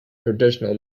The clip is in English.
traditional